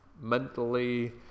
mentally